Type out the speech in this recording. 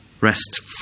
Rest